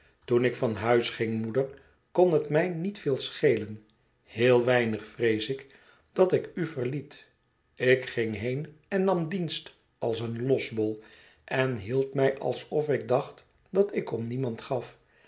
toen ik van huis ging moeder kon het mij niet veel schelen heel weinig vrees ik dat ik u verliet ik ging heen en nam dienst als een losbol en hield mij alsof ik dacht dat ik om niemand gaf